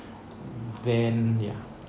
then ya